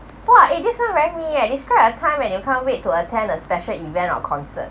!wah! eh this one very me eh describe a time and you can't wait to attend a special event or concert